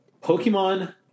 Pokemon